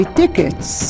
tickets